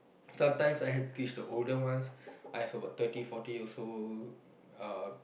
sometimes I have to teach the older ones I've about thirty forty years old uh